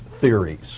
theories